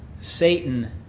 Satan